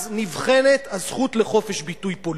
אז נבחנת הזכות לחופש ביטוי פוליטי.